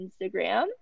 Instagram